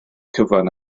cyfan